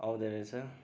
आउँदो रहेछ